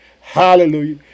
Hallelujah